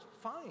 fine